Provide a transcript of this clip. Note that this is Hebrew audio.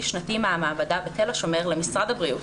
שנתי מהמעבדה בתל השומר למשרד הבריאות,